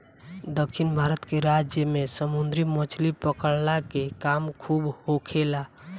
दक्षिण भारत के राज्य में समुंदरी मछली पकड़ला के काम खूब होखेला